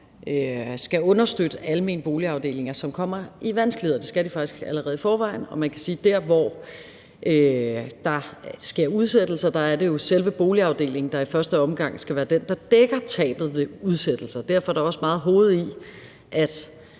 skal understøtte almene boligafdelinger, som kommer i vanskeligheder. Det skal de faktisk allerede i forvejen. Man kan sige, at der, hvor der sker udsættelser, er det jo selve boligafdelingen, der i første omgang skal være den, der dækker tabet ved udsættelser. Derfor er der også meget mening i, at